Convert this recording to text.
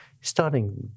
starting